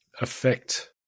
affect